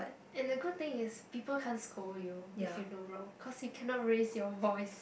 and the good thing is people can't scold you if you do wrong because he cannot raise your voice